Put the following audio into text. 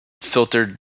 filtered